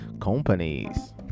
companies